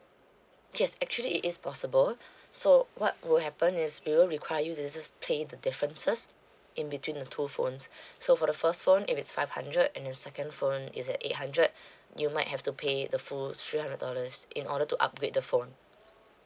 yes actually it is possible so what will happen is we'll require users pay the differences in between the two phones so for the first phone if it's five hundred and the second phone is at eight hundred you might have to pay the full three hundred dollars in order to upgrade the phone